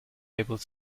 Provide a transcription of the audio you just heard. able